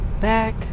back